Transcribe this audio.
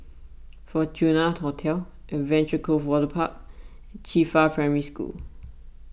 Fortuna Hotel Adventure Cove Waterpark Qifa Primary School